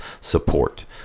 support